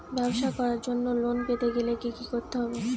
ব্যবসা করার জন্য লোন পেতে গেলে কি কি করতে হবে?